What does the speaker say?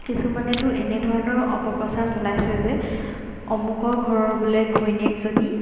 কিছুমানেতো এনেধৰণৰ অপপ্ৰচাৰ চলাইছে যে অমুকৰ ঘৰৰ বোলে ঘৈণীয়েকজনী